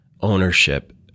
ownership